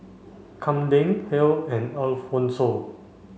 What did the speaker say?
Kamden Hale and Alphonso